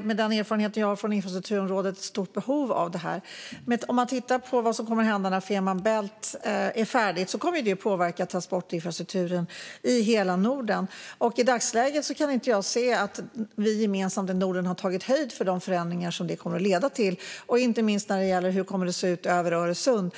Med den erfarenhet jag har av infrastrukturområdet kan jag se ett stort behov av det. Låt oss titta på vad som kommer att hända när Fehmarn Bält är färdigt. Det kommer att påverka transportinfrastrukturen i hela Norden. I dagsläget kan jag inte se att vi i Norden gemensamt har tagit höjd för de förändringar som det kommer att leda till. Det gäller inte minst hur det kommer att se ut över Öresund.